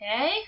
Okay